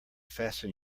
fasten